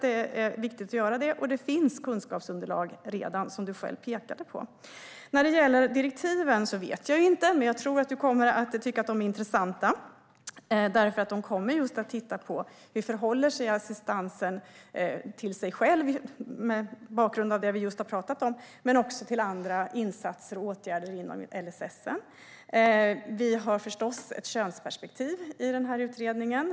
Det är viktigt, och det finns redan kunskapsunderlag, vilket du själv pekade på, Sofia Fölster. Vad gäller direktiven tror jag att du kommer att tycka att de är intressanta. Utredningen kommer nämligen att titta på hur assistansen förhåller sig till sig själv - mot bakgrund av det vi just har talat om - och till andra insatser och åtgärder inom LSS. Vi har förstås ett könsperspektiv i utredningen.